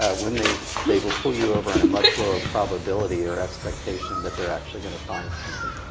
when they they will pull you over on a much lower probability or expectation that they're actually gonna find something.